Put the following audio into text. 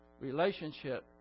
relationship